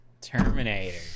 Terminator